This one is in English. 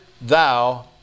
thou